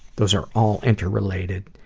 those are all interrelated.